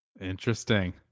interesting